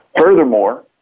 Furthermore